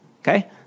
Okay